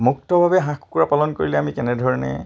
মুক্তভাৱে হাঁহ কুকুৰা পালন কৰিলে আমি কেনেধৰণে